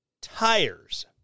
tires